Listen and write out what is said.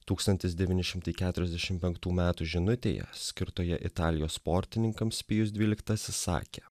tūkstantis devyni šimtai keturiasdešimt penktų metų žinutėje skirtoje italijos sportininkams pijus dvyliktasis sakė